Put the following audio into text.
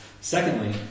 Secondly